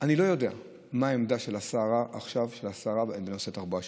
אני לא יודע מה העמדה של השרה עכשיו בנושא התחבורה השיתופית.